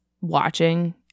watching